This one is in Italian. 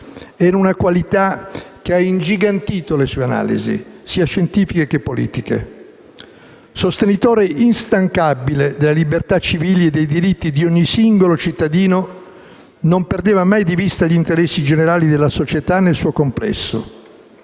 È una qualità che ha ingigantito le sue analisi, sia scientifiche che politiche. Sostenitore instancabile delle libertà civili e dei diritti di ogni singolo cittadino, non perdeva mai di vista gli interessi generali della società nel suo complesso.